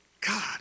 God